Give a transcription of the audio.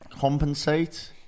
Compensate